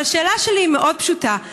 אבל השאלה שלי היא מאוד פשוטה,